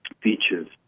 Features